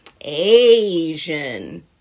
Asian